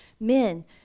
Men